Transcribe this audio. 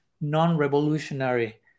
non-revolutionary